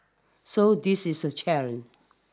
so this is a challenge